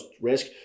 Risk